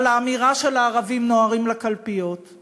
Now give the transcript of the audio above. על האמירה של "הערבים נוהרים לקלפיות";